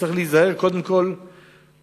יש להיזהר קודם לא לחסל,